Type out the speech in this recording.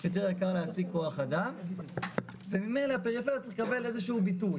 יותר יקר להעסיק כוח אדם וממילא הפריפריה צריך לקבל איזשהו ביטוי.